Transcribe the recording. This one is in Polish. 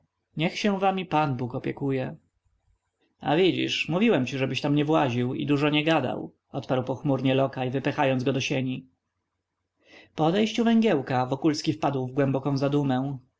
niech się wami pan bóg opiekuje a widzisz mówiłem ci żebyś tam nie właził i dużo nie gadał odparł pochmurnie lokaj wypychając go do sieni po odejściu węgiełka wokulski wpadł w głęboką zadumę